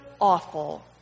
awful